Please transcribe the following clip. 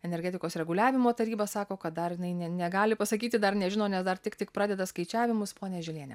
energetikos reguliavimo taryba sako kad dar jinai ne ne negali pasakyti dar nežino nes dar tik tik pradeda skaičiavimus ponia žiliene